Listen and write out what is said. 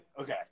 Okay